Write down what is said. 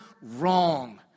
wrong